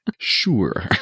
sure